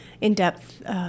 in-depth